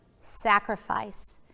sacrifice